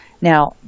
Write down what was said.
Now